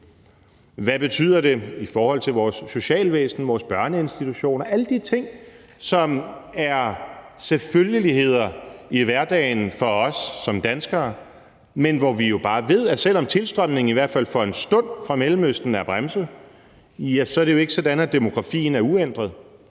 Hvad betyder det i forhold til vores socialvæsen og vores børneinstitutioner, altså alle de ting, som er selvfølgeligheder i hverdagen for os som danskere? Vi ved jo bare, at selv om tilstrømningen fra Mellemøsten i hvert fald for en stund er bremset, så er det ikke sådan, at demografien er uændret.